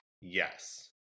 Yes